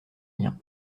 lien